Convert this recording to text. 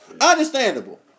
Understandable